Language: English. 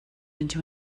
into